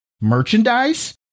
merchandise